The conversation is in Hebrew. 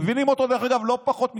מבינים אותו, דרך אגב, לא פחות מכם.